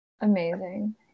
Amazing